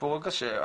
הסיפור הקשה,